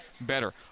better